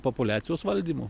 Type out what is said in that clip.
populiacijos valdymu